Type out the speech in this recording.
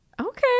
Okay